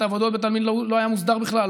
העבודות בית העלמין לא היה מוסדר בכלל,